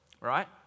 right